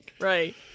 Right